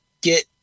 get –